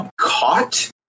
caught